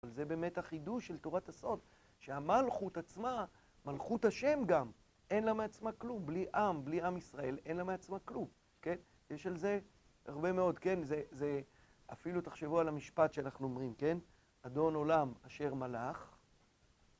זה באמת החידוש של תורת הסוד, שהמלכות עצמה, מלכות השם גם, אין לה מעצמה כלום, בלי עם, בלי עם ישראל, אין לה מעצמה כלום. יש על זה הרבה מאוד, אפילו תחשבו על המשפט שאנחנו אומרים, כן? אדון עולם אשר מלך